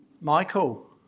Michael